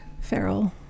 feral